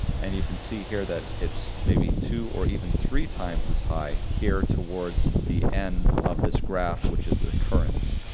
and you can see here that it's maybe two or even three times as high here towards the end of this graph, which is the current,